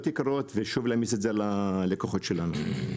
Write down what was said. יקרות ושוב להעמיס את זה על הלקוחות שלנו.